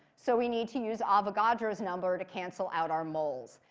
so we need to use avogadro's number to cancel out our moles.